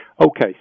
Okay